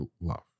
love